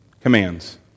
commands